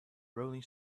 rolling